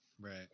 Right